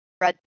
red